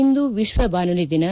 ಇಂದು ವಿಶ್ವ ಬಾನುಲಿ ದಿನ